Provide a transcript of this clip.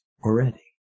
already